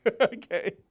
Okay